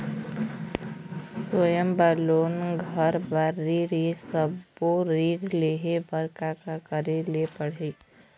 स्वयं बर लोन, घर बर ऋण, ये सब्बो ऋण लहे बर का का करे ले पड़ही?